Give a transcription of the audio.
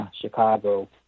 Chicago